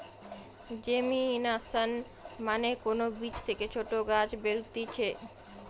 germination মানে কোন বীজ থেকে ছোট গাছ বেরুতিছে